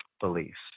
beliefs